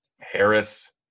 Harris